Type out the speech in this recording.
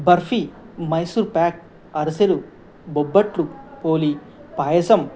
బర్ఫీ మైసూర్ పాక్ అరిసెలు బొబ్బట్లు పోలి పాయసం